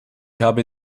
habe